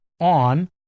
on